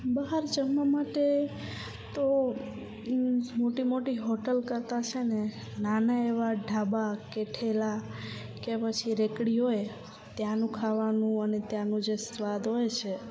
બહાર જમવા માટે તો મોટી મોટી હોટલ કરતાં છેને નાના એવા ઢાબા કે ઠેલા કે પછી રેકડી હોય ત્યાંનું ખાવાનું અને ત્યાંનું જે સ્વાદ હોય છે